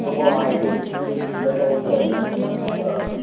तो वो आए थें हमने टेस्ट ड्राइव की थी घर आ के